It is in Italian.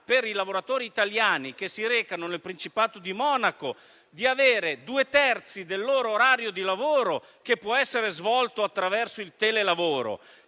per i lavoratori italiani che si recano nel Principato di Monaco di svolgere due terzi del loro orario di lavoro attraverso il telelavoro,